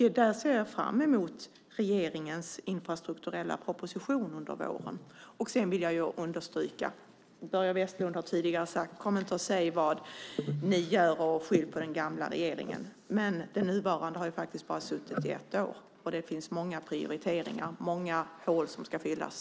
Jag ser fram emot regeringens infrastrukturella proposition under våren. Börje Vestlund har tidigare sagt: Kom inte och säg vad ni gör och skyll på den gamla regeringen! Men den nuvarande har bara suttit i ett år, och det finns många prioriteringar som ska göras och många hål som ska fyllas.